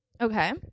Okay